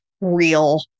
real